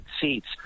seats